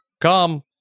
Come